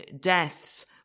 deaths